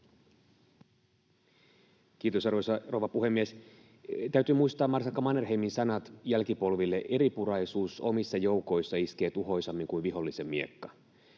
Kiitos, arvoisa rouva puhemies! Täytyy muistaa marsalkka Mannerheimin sanat jälkipolville: ”Eripuraisuus omissa joukoissa iskee tuhoisammin kuin vihollisen miekka.”